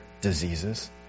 diseases